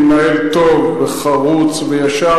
מנהל רשות המסים הוא מנהל טוב וחרוץ וישר,